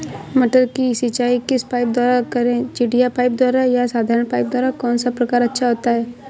मटर की सिंचाई किस पाइप द्वारा करें चिड़िया पाइप द्वारा या साधारण पाइप द्वारा कौन सा प्रकार अच्छा होता है?